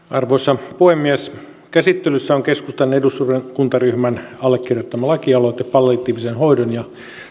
arvoisa puhemies käsittelyssä on keskustan eduskuntaryhmän allekirjoittama lakialoite palliatiivisen hoidon ja